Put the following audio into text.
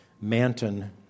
Manton